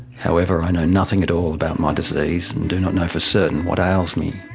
however, i know nothing at all about my disease and do not know for certain what ails me.